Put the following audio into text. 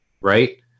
Right